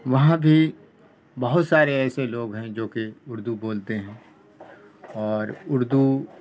وہاں بھی بہت سارے ایسے لوگ ہیں جو کہ اردو بولتے ہیں اور اردو